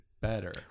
better